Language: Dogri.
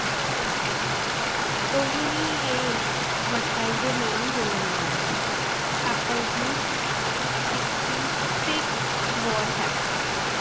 तुसेंगी एह् मठेआई दे नांऽ बोलने ऐ ऐपल यूस पिक्स स्टिक्स बार हैडस